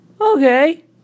okay